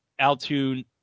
Altoon